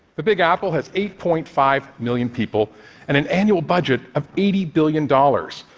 the big apple has eight point five million people and an annual budget of eighty billion dollars.